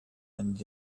and